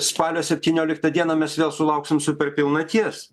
spalio septynioliktą dieną mes vėl sulauksim superpilnaties